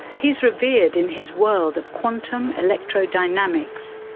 he's revered in his world of quantum electrodynamics,